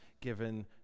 given